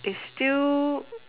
is still